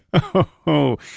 oh,